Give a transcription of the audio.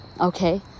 Okay